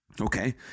Okay